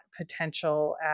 potential